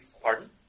Pardon